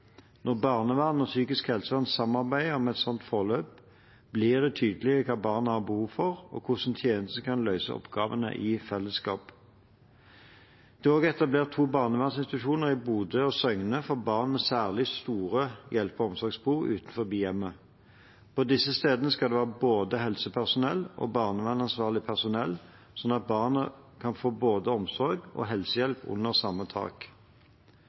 Når barnevern og psykisk helsevern samarbeider om et slikt forløp, blir det tydelig hva barnet har behov for, og hvordan tjenestene kan løse oppgavene i fellesskap. Det er også etablert to barnevernsinstitusjoner, i Bodø og Søgne, for barn med særlig store hjelpe- og omsorgsbehov utenfor hjemmet. På disse stedene skal det være både helsepersonell og barnevernsfaglig personell, slik at barna kan få både omsorg og helsehjelp under samme tak.